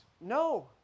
no